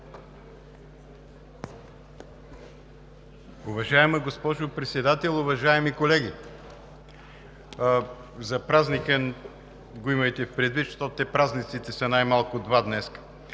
Уважаема госпожо Председател, уважаеми колеги! За празника го имайте предвид, защото празниците днес са най-малко два. Искам